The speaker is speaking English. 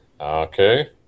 Okay